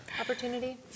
opportunity